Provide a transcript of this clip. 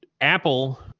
Apple